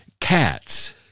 cats